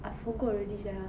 I forgot already sia